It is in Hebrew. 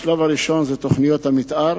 השלב הראשון זה תוכניות המיתאר,